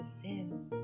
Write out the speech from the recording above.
sin